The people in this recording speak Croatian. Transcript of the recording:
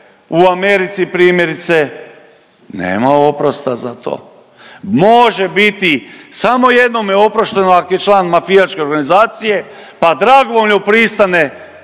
u Americi primjerice nema oprosta za to. Može biti samo jednome oprošteno ako je član mafijaške organizacije pa dragovoljno pristane